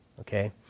Okay